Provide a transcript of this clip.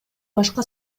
башка